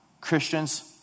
Christians